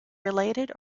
related